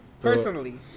Personally